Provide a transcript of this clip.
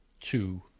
two